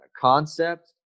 concept